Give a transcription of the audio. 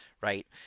right